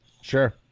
sure